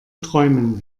träumen